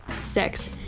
Six